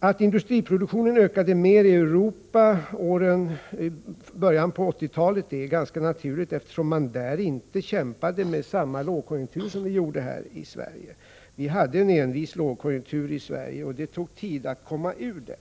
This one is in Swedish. Att industriproduktionen ökade mer i Europa under åren i början av 1980-talet är naturligt, eftersom man inte kämpade med samma lågkonjunktur som vi hade här i Sverige. Vi hade en envis lågkonjunktur i Sverige, och det tog tid att komma ur den.